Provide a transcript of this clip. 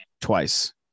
Twice